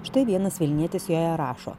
štai vienas vilnietis joje rašo